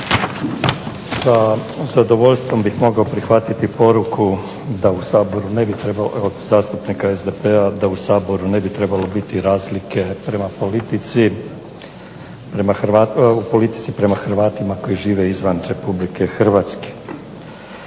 Sa zadovoljstvom bih mogao prihvatiti poruku od zastupnika SDP-a da u Saboru ne bi trebalo biti razlike u politici prema Hrvatima koji žive izvan RH.